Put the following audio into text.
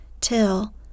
till